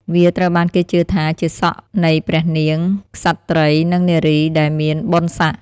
វាត្រូវបានគេជឿថាជាសក់នៃព្រះនាង ក្សត្រីយ៍ និងនារីដែលមានបុណ្យស័ក្តិ។